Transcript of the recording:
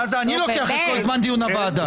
אני לוקח את זמן דיון הוועדה?